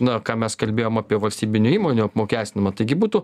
na ką mes kalbėjom apie valstybinių įmonių apmokestinimą taigi būtų